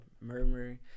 murmuring